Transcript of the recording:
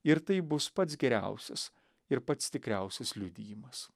ir tai bus pats geriausias ir pats tikriausias liudijimas